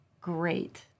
great